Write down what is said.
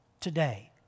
today